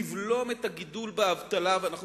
לבלום את הגידול באבטלה, ואנחנו